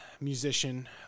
musician